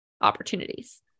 opportunities